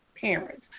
parents